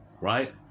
right